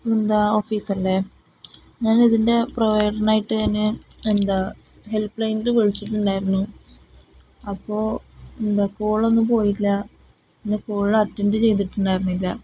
എന്താണ് ഓഫീസല്ലേ ഞാനിതിൻ്റെ പ്രൊവൈഡറിനായിട്ട് എന്താണ് ഹെൽപ് ലൈനിില് വിളിച്ചിട്ടുണ്ടായിരുന്നു അപ്പോള് എന്താണ് കോളൊന്നും പോയില്ല പിന്നെ കോള് അറ്റൻഡ് ചെയ്തിട്ടുണ്ടായിരുന്നില്ല